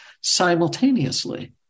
simultaneously